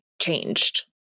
changed